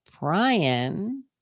brian